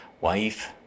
wife